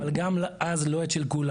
אבל גם אז לא את של כולם.